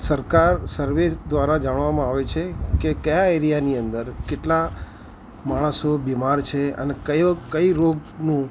સરકાર સર્વે દ્વારા જાણવામાં આવે છે કે કયા એરિયાની અંદર કેટલા માણસો બીમાર છે અને કયો કઇ રોગનું